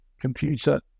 computer